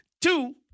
Two